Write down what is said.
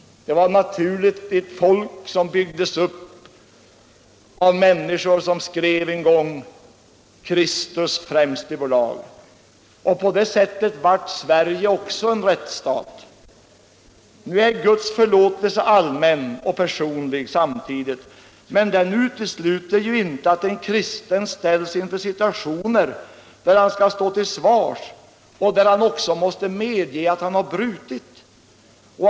Det var naturligt för ett folk som en gång skrev Kristus främst i vår lag, och på det sättet blev också Sverige en rättsstat. Nu är Guds förlåtelse allmän och samtidigt personlig. Men den utesluter inte att en kristen ställs inför situationer där han skall stå till svars och där han också måste medge att han har begått brott.